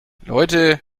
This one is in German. leute